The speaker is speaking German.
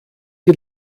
die